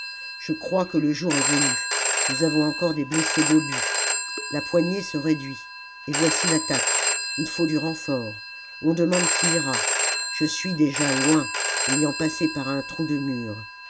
je crois que le jour est venu nous avons encore des blessés d'obus la poignée se réduit et voici l'attaque il faut du renfort on demande qui ira je suis déjà loin ayant passé par un trou de mur